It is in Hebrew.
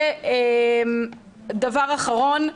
ודבר אחרון,